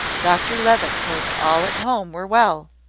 dr levitt hoped all at home were well.